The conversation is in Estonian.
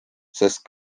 sest